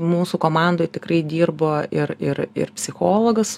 mūsų komandoj tikrai dirbo ir ir ir psichologas